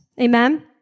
Amen